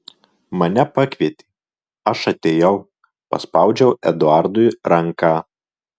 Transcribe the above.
mane pakvietė aš atėjau paspaudžiau eduardui ranką